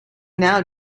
now